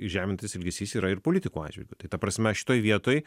žemintis elgesys yra ir politikų atžvilgiu tai ta prasme šitoj vietoj